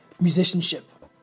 musicianship